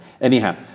Anyhow